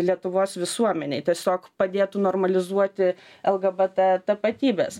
lietuvos visuomenei tiesiog padėtų normalizuoti lgbt tapatybes